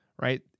right